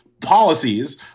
policies